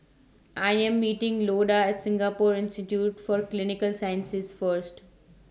I Am meeting Loda At Singapore Institute For Clinical Sciences First